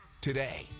today